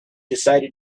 decided